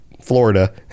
Florida